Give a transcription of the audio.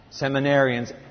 Seminarians